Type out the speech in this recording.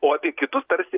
o apie kitus tarsi